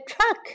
truck